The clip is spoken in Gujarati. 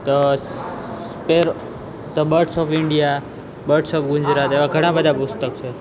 તો spare the birds of India birds of Gujarat એવા ઘણા બધા પુસ્તક છે